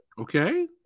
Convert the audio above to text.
Okay